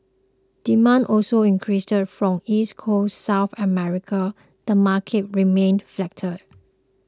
demand also increased from East Coast South America the market remained flatter